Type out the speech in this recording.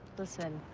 listen,